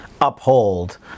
uphold